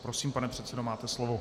Prosím, pane předsedo, máte slovo.